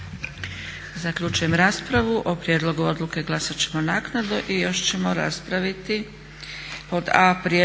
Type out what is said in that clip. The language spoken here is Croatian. Zaključujem raspravu. O prijedlogu odluke glasat ćemo naknadno. **Leko, Josip (SDP)** Prijedlog